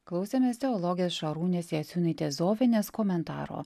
klausėmės teologės šarūnės jasiūnaitės zovienės komentaro